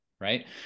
right